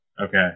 okay